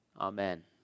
Amen